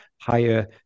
higher